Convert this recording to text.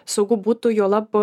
saugu būtų juolab